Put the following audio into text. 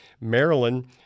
Maryland